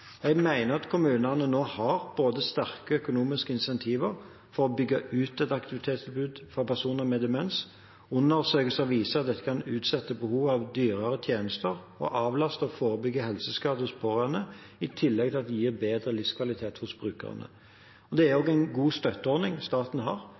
Jeg mener at kommunene nå har sterke økonomiske incentiver for å bygge ut et aktivitetstilbud for personer med demens. Undersøkelser viser at dette kan utsette bruk av dyrere tjenester og avlaste og forebygge helseskader hos pårørende, i tillegg til at det gir bedre livskvalitet for brukerne. Det er også en god støtteordning staten har,